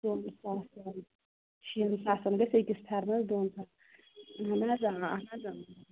ژۅن ساسَن شین ساسَن گژھِ أکِس فٮ۪رنَس دۄن ساس اَہَن حظ آ اَہَن حظ آ